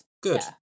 good